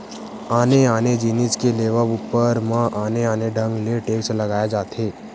आने आने जिनिस के लेवब ऊपर म आने आने ढंग ले टेक्स लगाए जाथे